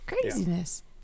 Craziness